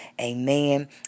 Amen